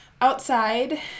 outside